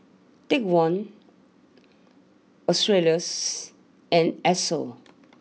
take one Australis and Esso